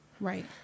Right